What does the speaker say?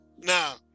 Now